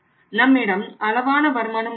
நம்மிடம் அளவான வருமானம் உள்ளது